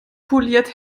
poliert